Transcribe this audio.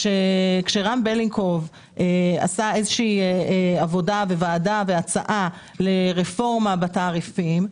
כשרם בלינקוב עשה עבודה בוועדה והצעה לרפורמה בתעריפים,